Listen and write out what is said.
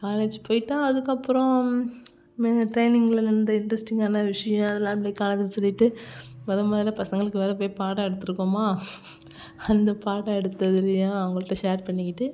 college போயிவிட்டு அதுக்கப்புறம் மே ட்ரைனிங்கில் நடந்த இன்ட்ரெஸ்டிங்கான விஷயம் அதெல்லாம் அப்படியே காலேஜில் சொல்லிவிட்டு மொதல் முதல்ல பசங்களுக்கு வேறு போய் பாடம் எடுத்திருக்கோமா அந்த பாடம் எடுத்தது வழியாக அவங்கள்ட்ட ஷேர் பண்ணிக்கிட்டு